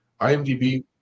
IMDb